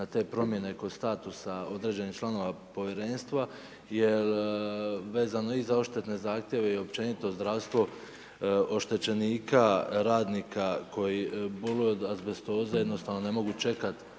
na te promjene kod statusa određenih članova Povjerenstva jel, vezano i za odštetne zahtjeve, i općenito zdravstvo, oštećenika, radnika koji boluje od azbestoze, jednostavno ne mogu čekat